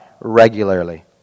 regularly